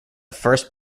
first